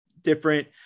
different